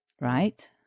right